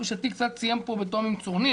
לתחושתי קצת סיים פה בטונים צורמים,